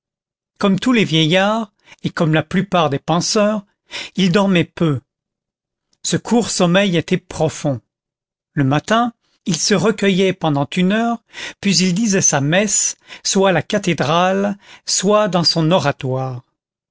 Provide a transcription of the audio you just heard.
comme tous les vieillards et comme la plupart des penseurs il dormait peu ce court sommeil était profond le matin il se recueillait pendant une heure puis il disait sa messe soit à la cathédrale soit dans son oratoire